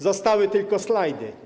Zostały tylko slajdy.